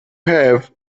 have